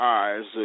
eyes